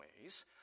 ways